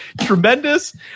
tremendous